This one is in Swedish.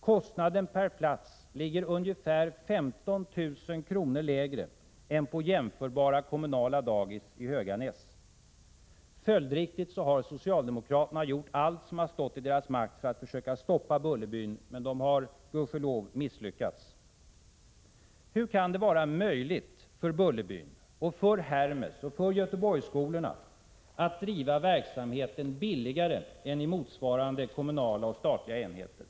Kostnaden per plats ligger ungefär 15 000 kr. lägre än på jämförbara kommunala dagis i Höganäs. Följdriktigt har socialdemokraterna gjort allt vad som stått i deras makt för att stoppa Bullerbyn, men de har gudskelov misslyckats. Hur kan det vara möjligt för Bullerbyn, och för Hermes och Göteborgsskolorna, att driva verksamheten billigare än motsvarande kommunala eller statliga enheter?